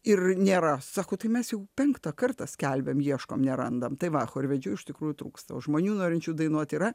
ir nėra sako tai mes jau penktą kartą skelbėm ieškom nerandam tai va chorvedžiu iš tikrųjų trūksta o žmonių norinčių dainuot yra